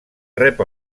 rep